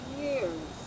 years